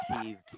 achieved